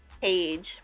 page